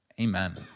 amen